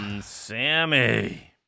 Sammy